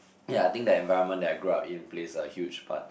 ya I think the environment that I grew up in plays a huge part